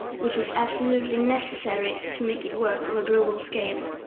which is absolutely necessary to make it work on a global scale.